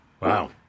Wow